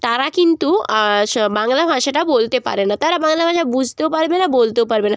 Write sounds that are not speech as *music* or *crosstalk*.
তারা কিন্তু *unintelligible* বাংলা ভাষাটা বলতে পারে না তারা বাংলা ভাষা বুঝতেও পারবে না বলতেও পারবে না